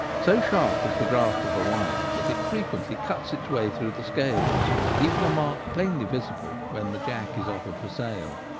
so sharp is the grasp of the wire that it frequently cuts its way through the scales, leaving a mark plainly visible when the jack is offered for sale.